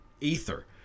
ether